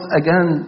again